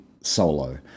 Solo